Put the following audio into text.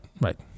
right